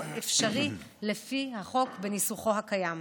אינו אפשרי לפי החוק בניסוחו הקיים.